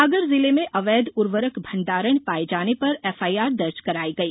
सागर जिले में अवैध उर्वरक भण्डारण पाये जाने पर एफआईआर दर्ज कराई गई